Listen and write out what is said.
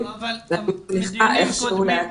להוביל תוכנית להסבת אקדמאים וברוך השם יש